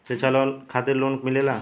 शिक्षा खातिन लोन मिलेला?